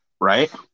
Right